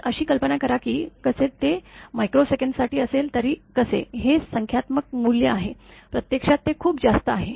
तर अशी कल्पना करा की कसे ते मायक्रोसेकंदासाठी असले तरी कसे हे संख्यात्मक मूल्य आहे प्रत्यक्षात ते खूप जास्त आहे